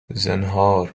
زنهار